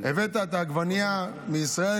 הבאת את העגבנייה מישראל,